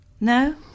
No